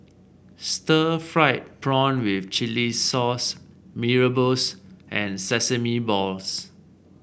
Stir Fried Prawn with Chili Sauce Mee Rebus and Sesame Balls